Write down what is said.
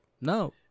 No